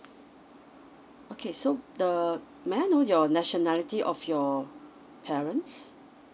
okay so the may I know your nationality of your parents